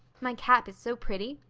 my cap is so pretty.